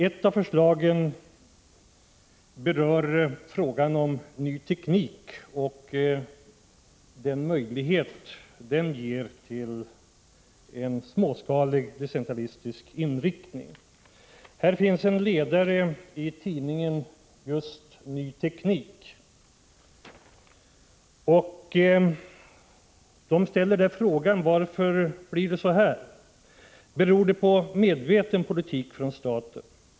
Ett av förslagen berörde frågan om ny teknik och den möjlighet den ger till en småskalig, decentralistisk inriktning. Jag har här en ledare i en tidning som heter just Ny Teknik. I denna ställs frågan varför utvecklingen blir så här. Man skriver: ”Beror det på medveten politik från staten?